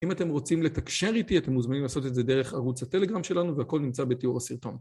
אם אתם רוצים לתקשר איתי, אתם מוזמנים לעשות את זה דרך ערוץ הטלגרם שלנו, והכל נמצא בתיאור הסרטון.